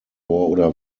oder